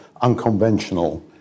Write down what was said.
unconventional